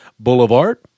Boulevard